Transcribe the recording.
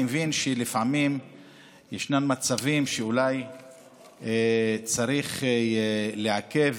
מבין שלפעמים ישנם מצבים שאולי צריך לעכב